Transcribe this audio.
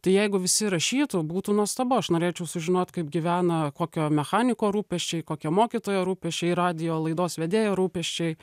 tai jeigu visi rašytų būtų nuostabu aš norėčiau sužinot kaip gyvena kokio mechaniko rūpesčiai kokio mokytojo rūpesčiai radijo laidos vedėjo rūpesčiai